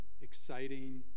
Exciting